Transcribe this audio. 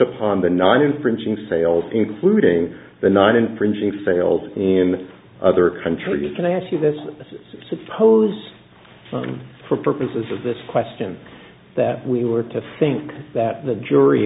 upon the non infringing sales including the non infringing sales in other countries can i ask you this this is suppose for purposes of this question that we were to think that the jury